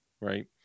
right